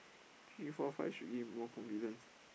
three four five should be more confident